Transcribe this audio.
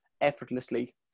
effortlessly